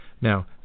Now